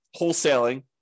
wholesaling